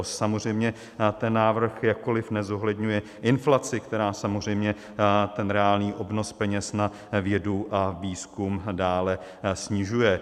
Samozřejmě ten návrh jakkoli nezohledňuje inflaci, která samozřejmě reálný obnos peněz na vědu a výzkum dále snižuje.